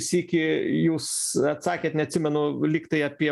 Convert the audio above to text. sykį jūs atsakėt neatsimenu lyg tai apie